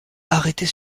arrêtés